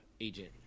agent